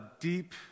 deep